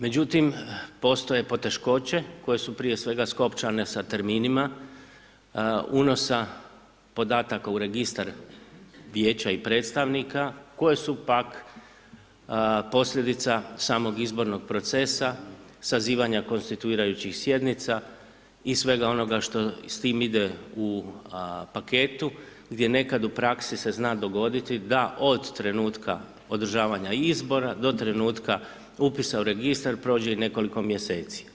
Međutim, postoje poteškoće koje su prije svega skopčane sa terminima unosa podataka u registar vijeća i predstavnika koje su pak posljedica samog izbornog procesa, sazivanja konstituirajućih sjednica i svega onoga što s tim ide u paketu gdje nekad u praksi se zna dogoditi da od trenutka održavanja izbora do trenutka upisa u registar prođe i nekoliko mjeseci.